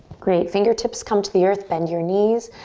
great, fingertips come to the earth. bend your knees.